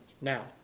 now